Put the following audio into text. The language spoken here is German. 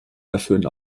erfüllen